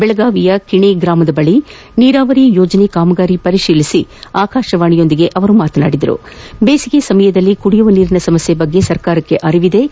ದೆಳಗಾವಿಯ ಕಿಣ್ ಗಾಮದ ಬಳಿ ನೀರಾವರಿ ಯೋಜನೆಗಳ ಕಾಮಗಾರಿ ಪರಿತೀಲಿಸಿದ ಬಳಕ ಆಕಾಶವಾಣಿಯೊಂದಿಗೆ ಮಾತನಾಡಿದ ಅವರು ಬೇಸಿಗೆ ಸಮಯದಲ್ಲಿ ಕುಡಿಯುವ ನೀರಿನ ಸಮಸ್ನೆ ಬಗ್ಗೆ ಸರ್ಕಾರಕ್ಷೆ ಅರಿವಿದ್ಲು